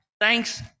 Thanks